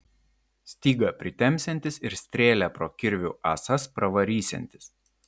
stygą pritempsiantis ir strėlę pro kirvių ąsas pravarysiantis